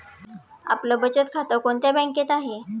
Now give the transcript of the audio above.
आपलं बचत खातं कोणत्या बँकेत आहे?